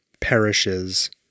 perishes